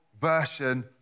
version